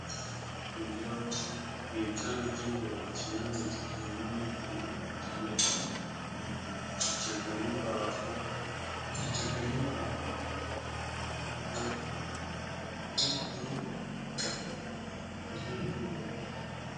Ibyo ni ibyana by'ingurube. kimwe, bibiri, bitatu, bine bitanu, bitandatu. Bikikijwe n'imbaho, ikikijwe n'imbaho bibiri biraryamye ibindi bine birahagaze, ibyo bana by'ingurube.